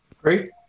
Great